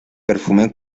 perfume